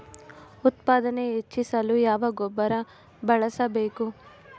ಉತ್ಪಾದನೆ ಹೆಚ್ಚಿಸಲು ಯಾವ ಗೊಬ್ಬರ ಬಳಸಬೇಕು?